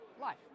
life